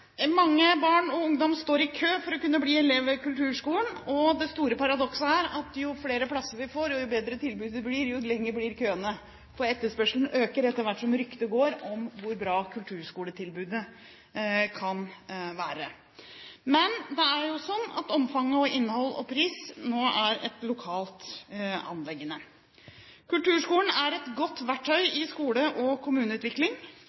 Mange barn og ungdommer står i kø for å kunne bli elever ved kulturskolen. Det store paradokset er at jo flere plasser vi får, og jo bedre tilbudet blir, jo lengre blir køene. Etterspørselen øker etter hvert som ryktet går om hvor bra kulturskoletilbudet kan være. Men det er jo slik at omfang, innhold og pris nå er et lokalt anliggende. Kulturskolen er et godt verktøy